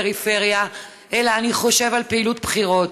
הפריפריה אלא אני חושב על פעילות בחירות.